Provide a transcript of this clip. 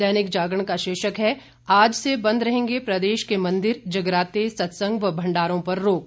दैनिक जागरण का शीर्षक है आज से बंद रहेंगे प्रदेश के मंदिर जगराते सत्संग व भंडारों पर रोक